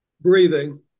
Breathing